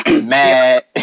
mad